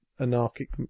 anarchic